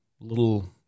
little